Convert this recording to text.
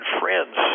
friends